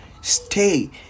Stay